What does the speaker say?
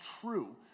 true